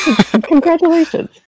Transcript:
Congratulations